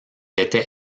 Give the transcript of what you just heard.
était